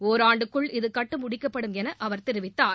ஒராண்டுக்குள் இது கட்டி முடிக்கப்படும் என அவர் தெரிவித்தார்